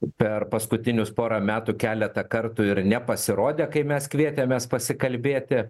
per paskutinius porą metų keletą kartų ir nepasirodė kai mes kvietėmės pasikalbėti